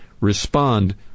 respond